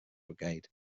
brigade